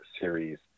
series